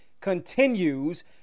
continues